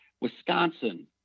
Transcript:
Wisconsin